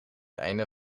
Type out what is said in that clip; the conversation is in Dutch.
einde